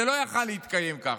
וזה לא יכול להתקיים ככה.